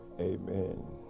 Amen